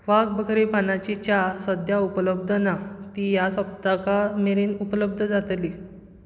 वाघ बकरी पानांची च्या सद्या उपलब्ध ना ती ह्या सप्तका मेरेन उपलब्ध जातली